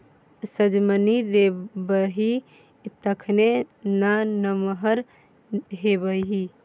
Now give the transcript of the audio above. सजमनि खेबही तखने ना नमहर हेबही